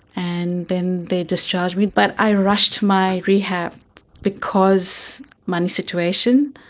and then they discharged me. but i rushed my rehab because money situation,